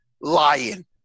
lying